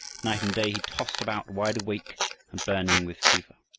night and day he tossed about, wide awake and burning with fever.